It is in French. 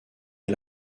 est